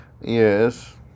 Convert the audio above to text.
Yes